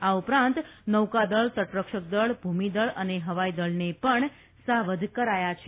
આ ઉપરાંત નૌકાદળ તટરક્ષકદળ ભૂમિદળ અને હવાઇદળને પણ સાવધ કરાયા છે